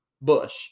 Bush